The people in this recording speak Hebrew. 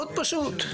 מאוד פשוט.